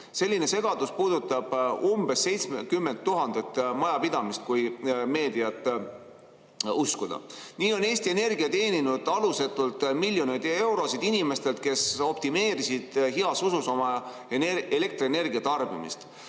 Selline segadus puudutab umbes 70 000 majapidamist, kui meediat uskuda. Nii on Eesti Energia teeninud alusetult miljoneid eurosid inimestelt, kes optimeerisid heas usus oma elektrienergia tarbimist.